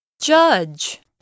Judge